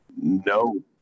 No